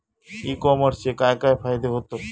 E कॉमर्सचे काय काय फायदे होतत?